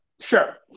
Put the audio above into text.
Sure